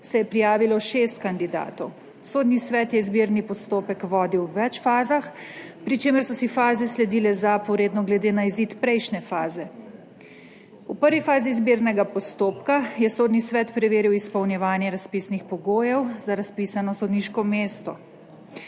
se je prijavilo šest kandidatov. Sodni svet je izbirni postopek vodil v več fazah, pri čemer so si faze sledile zaporedno glede na izid prejšnje faze. V prvi fazi izbirnega postopka je Sodni svet preveril izpolnjevanje razpisnih pogojev za razpisano sodniško mesto.